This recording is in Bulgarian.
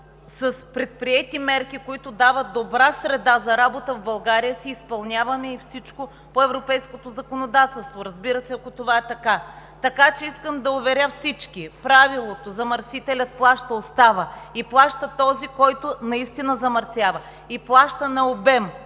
с предприети мерки, които дават добра среда за работа, в България си изпълняваме и всичко по европейското законодателство. Разбира се, ако това е така. Така че искам да уверя всички: правилото „замърсителят плаща“ остава и плаща този, който наистина замърсява, и плаща на обем